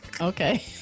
okay